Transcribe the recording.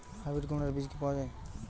Hybrid কুমড়ার বীজ কি পাওয়া য়ায়?